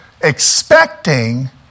expecting